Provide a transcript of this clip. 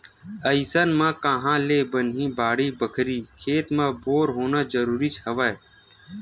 अइसन म काँहा ले बनही बाड़ी बखरी, खेत म बोर होना जरुरीच हवय